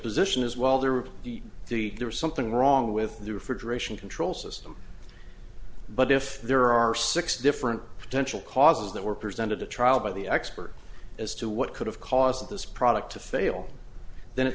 position as well there would be the there is something wrong with the refrigeration control system but if there are six different tensional causes that were presented to trial by the expert as to what could have caused this product to fail then